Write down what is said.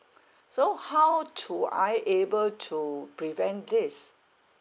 so how to I able to prevent this